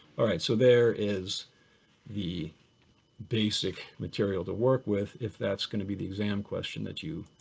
alright, so there is the basic material to work with if that's going to be the exam question that you